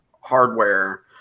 hardware